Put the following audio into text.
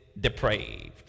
depraved